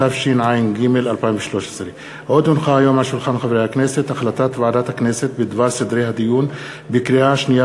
התשע"ג 2013. החלטת ועדת הכנסת בדבר סדרי הדיון בקריאה שנייה